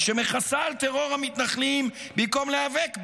שמכסה על טרור המתנחלים, במקום להיאבק בו.